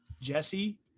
jesse